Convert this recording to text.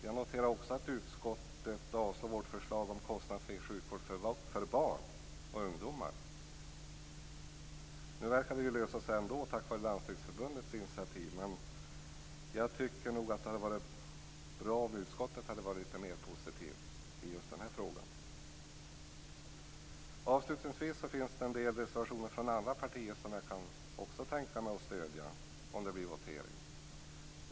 Jag noterar att utskottet avstyrker vårt förslag för kostnadsfri sjukvård för barn och ungdomar. Nu verkar det problemet att lösas ändå tack vare Landstingsförbundets initiativ. Jag tycker att det hade varit bra om utskottet hade varit mer positivt i den frågan. Det finns en del reservationer från andra partier som jag också kan tänka mig att stödja om det blir votering.